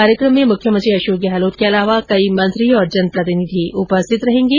कार्यक्रम में मुख्यमंत्री अशोक गहलोत के अलावा कई मंत्री और जनप्रतिनिधि उपस्थित रहेगें